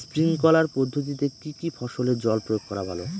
Sprinkler পদ্ধতিতে কি কী ফসলে জল প্রয়োগ করা ভালো?